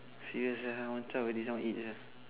serious ah I want chao already now eight sia